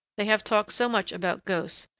they have talked so much about ghosts,